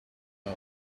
out